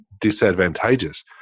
disadvantageous